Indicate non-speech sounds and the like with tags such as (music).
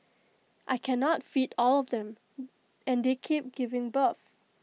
I cannot feed all of them (noise) and they keep giving birth